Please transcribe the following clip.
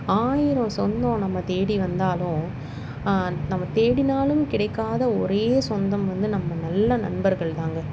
ஆயிரம் சொந்தம் நம்மை தேடி வந்தாலும் நம்ம தேடினாலும் கிடைக்காத ஒரே சொந்தம் வந்து நம்ம நல்ல நண்பர்கள் தாங்க